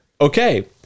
Okay